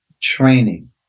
training